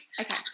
Okay